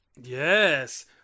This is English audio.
Yes